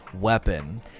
weapon